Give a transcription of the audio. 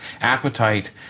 Appetite